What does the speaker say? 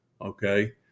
Okay